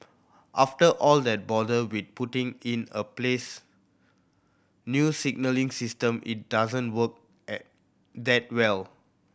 after all that bother with putting in a place a new signalling system it doesn't work that well